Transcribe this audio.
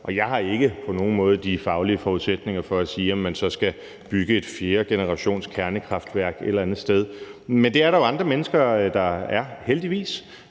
nogen måde de faglige forudsætninger for at sige, om man så skal bygge et fjerdegenerationskernekraftværk et eller andet sted. Men det er der jo heldigvis andre mennesker der har, og